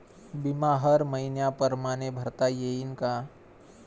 बिमा हर मइन्या परमाने भरता येऊन का?